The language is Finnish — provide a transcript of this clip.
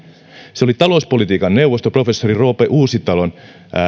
se oli talouspolitiikan arviointineuvoston professori roope uusitalon